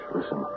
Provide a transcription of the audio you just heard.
Listen